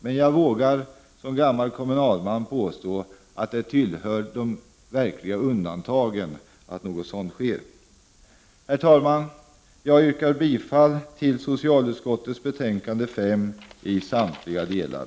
Som gammal kommunalman vågar jag dock påstå att det hör till de verkliga undantagen. Herr talman! Jag yrkar bifall till socialutskottets hemställan i samtliga delar.